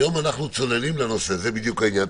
היום אנחנו צוללים לנושא, זה בדיוק העניין.